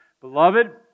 Beloved